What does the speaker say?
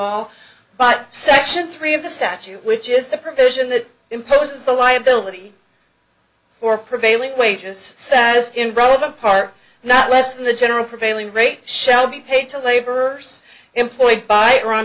but section three of the statute which is the provision that imposes the liability for prevailing wages in relevant part not less than the general prevailing rate shall be paid to labor employed by or on